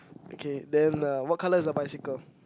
okay then uh what colour is the bicycle